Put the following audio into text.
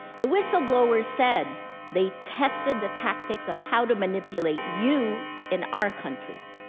the whistleblower said they tested the tactics of how to manipulate you in our countries.